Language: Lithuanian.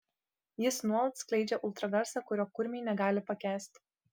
jis nuolat skleidžia ultragarsą kurio kurmiai negali pakęsti